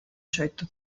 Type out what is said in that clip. certo